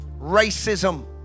racism